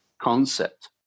concept